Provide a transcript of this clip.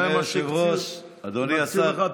אדוני היושב-ראש, אדוני השר,